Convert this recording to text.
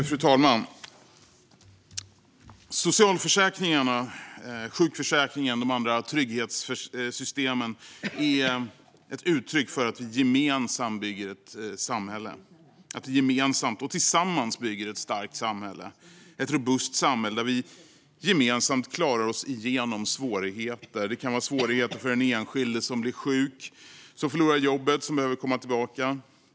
Fru talman! Socialförsäkringarna - sjukförsäkringen och de övriga trygghetssystemen - är ett uttryck för att vi gemensamt och tillsammans bygger ett starkt och robust samhälle, där vi gemensamt klarar oss igenom svårigheter. Det kan vara svårigheter för den enskilde som blir sjuk, som förlorar jobbet, som behöver komma tillbaka.